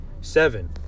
Seven